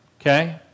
Okay